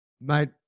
Mate